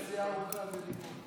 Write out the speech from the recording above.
יש לך נסיעה ארוכה לדימונה.